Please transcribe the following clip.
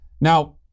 Now